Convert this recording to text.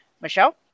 Michelle